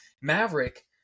Maverick